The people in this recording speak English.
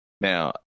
Now